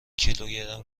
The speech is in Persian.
کیلوگرم